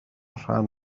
rhan